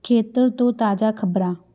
ਖੇਤਰ ਤੋਂ ਤਾਜ਼ਾ ਖ਼ਬਰਾਂ